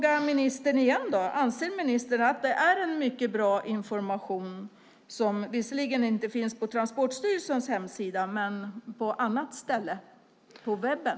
Anser ministern att det är en mycket bra information som visserligen inte finns på Transportstyrelsens hemsida men på annat ställe på webben?